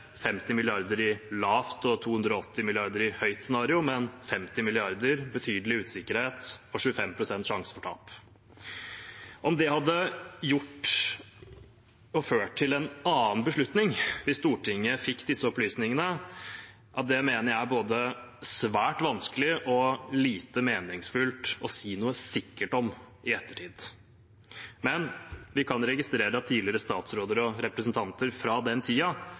50 mrd. kr i lavt og 280 mrd. kr i høyt scenario, men 50 mrd. kr, betydelig usikkerhet og 25 pst. sjanse for tap. Om det hadde ført til en annen beslutning hvis Stortinget fikk disse opplysningene, mener jeg er både svært vanskelig og lite meningsfullt å si noe sikkert om i ettertid, men vi kan registrere at tidligere statsråder og representanter fra den